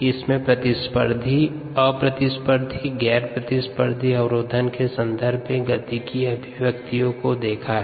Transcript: इसमें प्रतिस्पर्धी अप्रतिस्पर्धी और गैर प्रतिस्पर्धी अवरोधन के संदर्भ में गतिकी अभिव्यक्तियों को देखा है